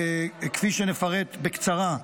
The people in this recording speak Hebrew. כפי שנפרט בקצרה.